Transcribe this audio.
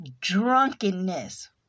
drunkenness